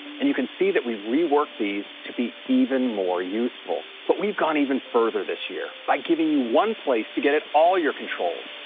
and you can see that we've reworked these to be even more useful. but we've gone even further this year by giving you one place to get at all your controls.